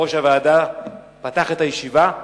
יושב-ראש הוועדה פתח את הישיבה,